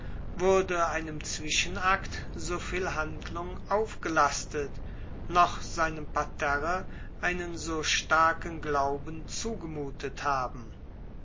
würde einem zwischenakt soviel handlung aufgelastet noch seinem parterre einen so starken glauben zugemutet haben